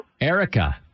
Erica